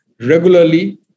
regularly